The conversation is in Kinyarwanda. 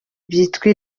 byitwa